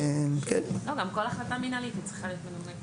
גם כל החלטה מנהלית צריכה להיות מנומקת.